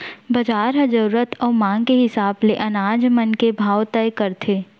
बजार ह जरूरत अउ मांग के हिसाब ले अनाज मन के भाव तय करथे